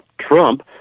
Trump